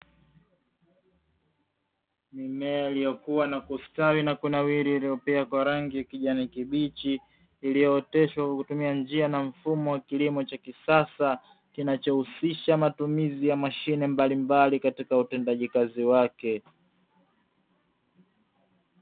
Mimea iliyokuwa na kustawi na kunawiri iliyopea kwa rangi kijani kibichi, iliyooteshwa kwa kutumia njia na mfumo wa kilimo cha kisasa, kinachohusisha matumizi ya mashine mbalimbali katika utendaji kazi wake.